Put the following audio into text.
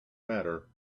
matter